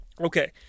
Okay